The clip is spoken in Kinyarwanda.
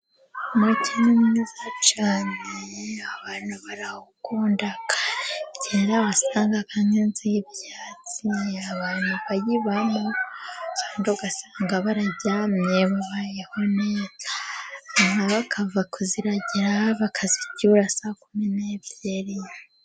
Umujyi ni mwiza cyane, abantu barawukunda. Kera wasangaga nk'inzu y'ibyatsi abantu bayibamo, kandi ugasanga bararyamye, babayeho neza. Inka bakava kuziragira, bakazicyura saa kumi n'ebyiri.